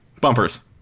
bumpers